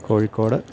Kozhikode